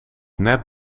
net